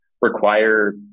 require